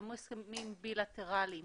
נחתמו הסכמים בילטרליים